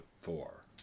four